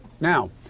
Now